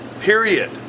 Period